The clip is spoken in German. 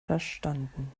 verstanden